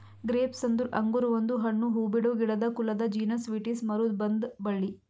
grapes ಅಂದುರ್ ಅಂಗುರ್ ಒಂದು ಹಣ್ಣು, ಹೂಬಿಡೋ ಗಿಡದ ಕುಲದ ಜೀನಸ್ ವಿಟಿಸ್ ಮರುದ್ ಒಂದ್ ಬಳ್ಳಿ